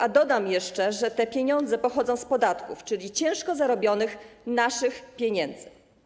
A dodam jeszcze, że te pieniądze pochodzą z podatków, czyli ciężko zarobionych naszych pieniędzy.